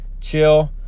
chill